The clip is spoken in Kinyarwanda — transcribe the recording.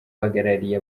uhagarariye